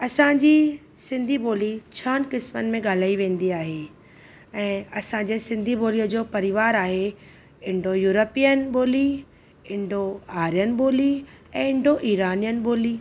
असांजी सिन्धी ॿोली छहनि क़िस्मनि में ॻाल्हाई वेंदी आहे ऐं असांजी सिंधी ॿोलीअ जो परिवार आहे इण्डो यूरोपियन ॿोली इण्डो आर्यन ॿोली ऐं इण्डो ईरानीयनि ॿोली